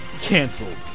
canceled